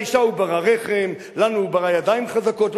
לאשה הוא ברא רחם, לנו הוא ברא ידיים חזקות.